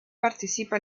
participa